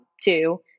two